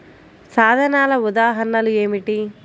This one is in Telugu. సాధనాల ఉదాహరణలు ఏమిటీ?